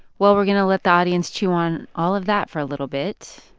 well, we're going to let the audience chew on all of that for a little bit.